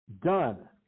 done